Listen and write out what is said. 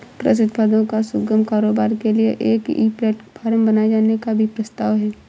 कृषि उत्पादों का सुगम कारोबार के लिए एक ई प्लेटफॉर्म बनाए जाने का भी प्रस्ताव है